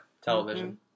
television